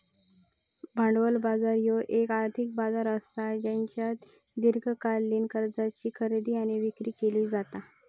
भांडवल बाजार ह्यो येक आर्थिक बाजार असा ज्येच्यात दीर्घकालीन कर्जाची खरेदी आणि विक्री केली जाता